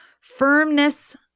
Firmness